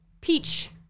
peach